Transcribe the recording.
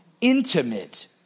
intimate